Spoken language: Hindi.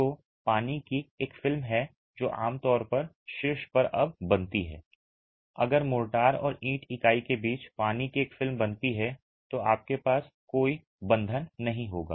तो पानी की एक फिल्म है जो आम तौर पर शीर्ष पर और अब बनती है अगर मोर्टार और ईंट इकाई के बीच पानी की एक फिल्म बनती है तो आपके पास कोई बंधन नहीं होगा